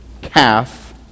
calf